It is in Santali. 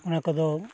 ᱚᱱᱟ ᱠᱚᱫᱚ